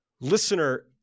listener